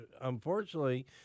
Unfortunately